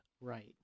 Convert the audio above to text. Right